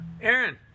Aaron